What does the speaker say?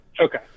Okay